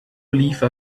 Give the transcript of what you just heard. leave